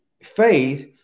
faith